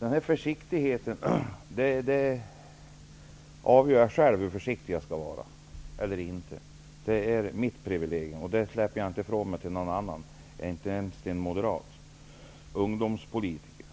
Herr talman! Jag avgör själv hur försiktig jag skall vara eller inte. Det är mitt privilegium, och det släpper jag inte ifrån mig till någon annan, inte ens till en moderat ungdomspolitiker.